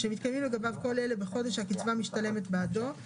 שמתקיימים לגביו כל אלה בחודש שהקצבה משולמת בעדו,